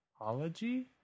apology